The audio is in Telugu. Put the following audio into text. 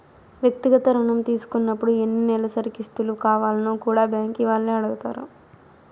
వ్యక్తిగత రుణం తీసుకున్నపుడు ఎన్ని నెలసరి కిస్తులు కావాల్నో కూడా బ్యాంకీ వాల్లే అడగతారు